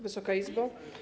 Wysoka Izbo!